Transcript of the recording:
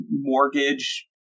mortgage